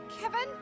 kevin